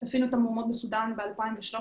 צפינו את המהומות בסודן ב-2013.